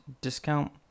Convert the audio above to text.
discount